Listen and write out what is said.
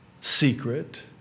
secret